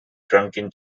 drunken